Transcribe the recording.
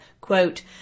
quote